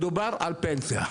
מדובר על פנסיה.